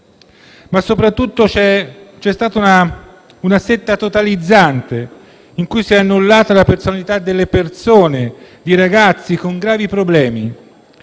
Ma soprattutto è stata una setta totalizzante in cui si è annullata la personalità dei soggetti, di ragazzi con gravi problemi,